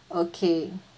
okay